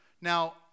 Now